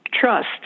trust